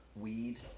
weed